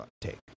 take